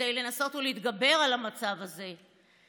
כדי לנסות להתגבר על המצב הזה.